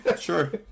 sure